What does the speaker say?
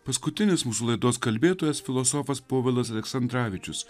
paskutinis mūsų laidos kalbėtojas filosofas povilas aleksandravičius